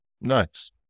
nice